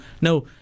No